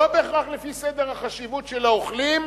לא בהכרח לפי סדר החשיבות של האוכלים,